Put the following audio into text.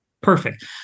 perfect